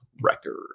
Record